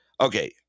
okay